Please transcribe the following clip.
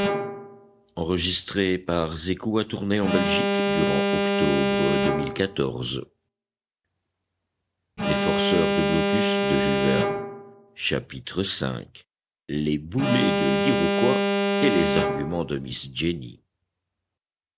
les malices de blocus chapitre v les boulets de l'iroquois et les arguments de miss jenny